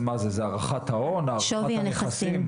מה זה הערכת ההון, שווי נכסים?